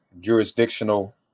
jurisdictional